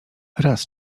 raz